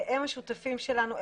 הם השותפים שלנו.